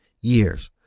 years